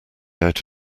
out